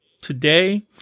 today